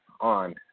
on